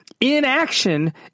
inaction